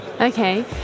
okay